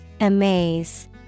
Amaze